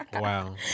Wow